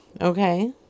Okay